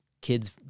kids